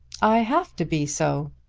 i have to be so.